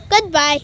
Goodbye